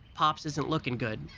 pops isn't looking good.